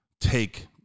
take